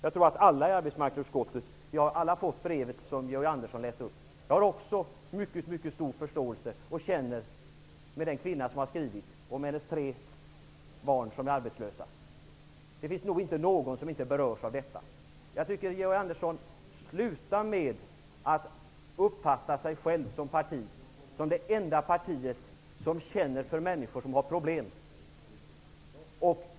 Vi har alla i arbetsmarknadsutskottet fått det brev som Georg Andersson läste upp. Jag har också mycket, mycket stor förståelse för och känner med den kvinna som har skrivit brevet och hennes tre barn. Det finns nog inte någon som inte berörs av detta. Jag tycker att Georg Andersson skall sluta uppfatta Socialdemokraterna som det enda parti som känner för människor som har problem.